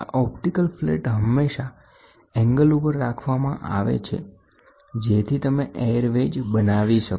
આ optical flat હંમેશા angle ઉપર રાખવામાં આવે છે જેથી તમે એર વેજ બનાવી શકો